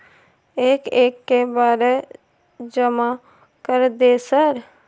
एक एक के बारे जमा कर दे सर?